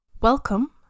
Welcome